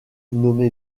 nommé